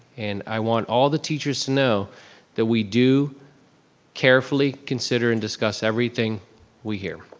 and i want all the teachers to know that we do carefully consider and discuss everything we hear.